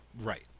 Right